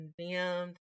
condemned